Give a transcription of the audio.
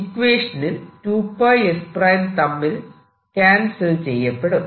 ഇക്വേഷനിൽ 2 s തമ്മിൽ cancel ചെയ്യപ്പെടും